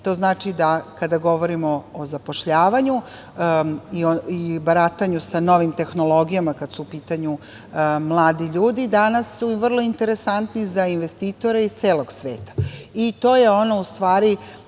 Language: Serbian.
to znači da kada govorimo o zapošljavanju i baratanju sa novim tehnologijama, kada su u pitanju mladi ljudi, danas su vrlo interesantni za investitore iz celog sveta. To je u stvari